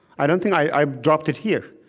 i don't think i dropped it here.